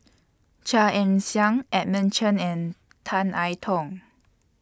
Chia Ann Siang Edmund Chen and Tan I Tong